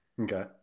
Okay